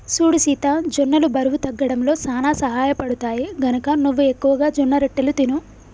సూడు సీత జొన్నలు బరువు తగ్గడంలో సానా సహయపడుతాయి, గనక నువ్వు ఎక్కువగా జొన్నరొట్టెలు తిను